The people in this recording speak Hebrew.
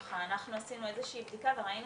אנחנו עשינו איזה שהיא בדיקה וראינו